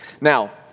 Now